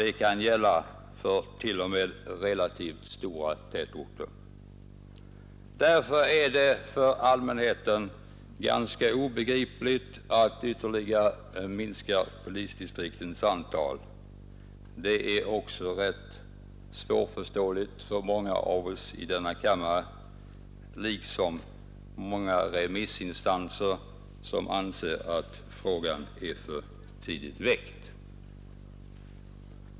Detta kan gälla för t.o.m. relativt stora tätorter. Därför är det svårbegripligt för allmänheten att man överväger att ytterligare minska polisdistriktens antal; det är svårförståeligt också för många av oss i denna kammare liksom för många remissinstanser, som ansett att frågan är för tidigt väckt.